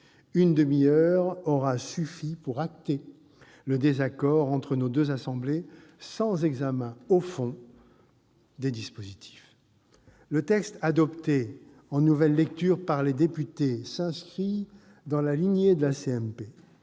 Une demi-heure, seulement, pour constater le désaccord entre nos deux assemblées, sans examen au fond des dispositifs ! Le texte adopté en nouvelle lecture par les députés s'inscrit dans la lignée de la CMP